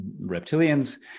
reptilians